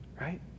right